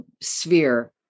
sphere